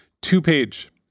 Two-page